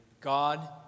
God